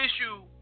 issue